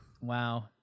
Wow